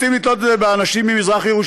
רוצים לתלות את זה באנשים ממזרח-ירושלים.